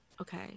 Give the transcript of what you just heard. okay